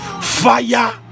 Fire